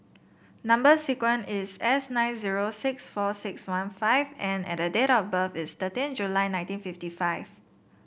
number sequence is S nine zero six four six one five N and date of birth is thirteen July nineteen fifty five